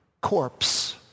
corpse